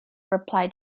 replied